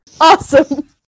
Awesome